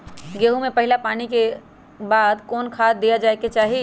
गेंहू में पहिला पानी के बाद कौन खाद दिया के चाही?